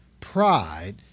pride